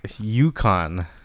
Yukon